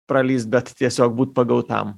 pralįst bet tiesiog būt pagautam